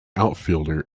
outfielder